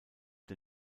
der